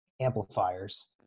amplifiers